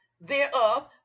thereof